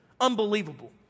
unbelievable